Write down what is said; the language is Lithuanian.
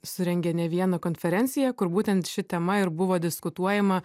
surengė ne vieną konferenciją kur būtent ši tema ir buvo diskutuojama